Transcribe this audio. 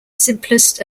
simplest